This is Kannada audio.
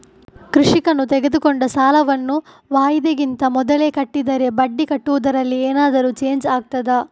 ಕೃಷಿಕನು ತೆಗೆದುಕೊಂಡ ಸಾಲವನ್ನು ವಾಯಿದೆಗಿಂತ ಮೊದಲೇ ಕಟ್ಟಿದರೆ ಬಡ್ಡಿ ಕಟ್ಟುವುದರಲ್ಲಿ ಏನಾದರೂ ಚೇಂಜ್ ಆಗ್ತದಾ?